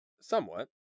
Somewhat